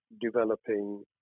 developing